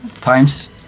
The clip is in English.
Times